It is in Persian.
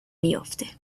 میافته